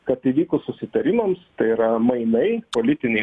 kad įvykus susitarimams tai yra mainai politiniai